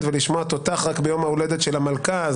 ולשמוע תותח רק ביום ההולדת של המלכה".